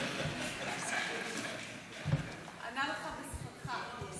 ענה לך בשפתך.